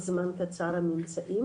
לסקי.